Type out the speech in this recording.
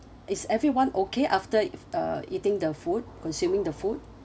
is everyone okay after if uh eating the food consuming the food